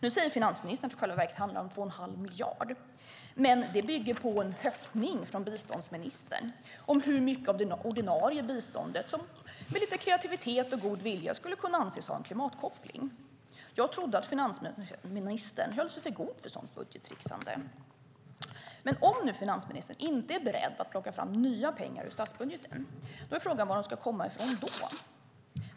Nu säger finansministern att det i själva verket handlar om 2 1⁄2 miljard. Men det bygger på en höftning från biståndsministern om hur mycket av det ordinarie biståndet som med lite kreativitet och god vilja skulle kunna anses ha en klimatkoppling. Jag trodde att finansministern höll sig för god för sådant budgettricksande. Om finansministern nu inte är beredd att plocka fram nya pengar ur statsbudgeten är frågan var pengarna då ska komma ifrån.